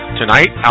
Tonight